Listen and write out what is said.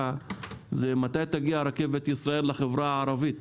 היא מתי תגיע רכבת ישראל לחברה הערבית.